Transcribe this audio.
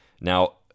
Now